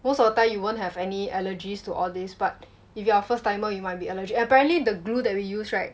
most of the time you won't have any allergies to all this but if you are a first timer you might be allergic apparently the glue that we use right